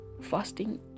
fasting